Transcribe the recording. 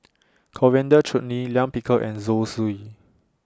Coriander Chutney Lime Pickle and Zosui